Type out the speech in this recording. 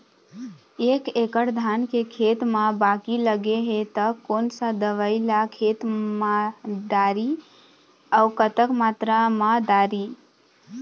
एक एकड़ धान के खेत मा बाकी लगे हे ता कोन सा दवई ला खेत मा डारी अऊ कतक मात्रा मा दारी?